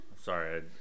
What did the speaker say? Sorry